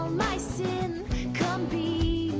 my sin come be